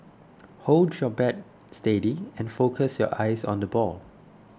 hold your bat steady and focus your eyes on the ball